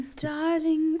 darling